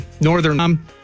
Northern